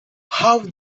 how